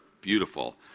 beautiful